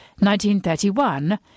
1931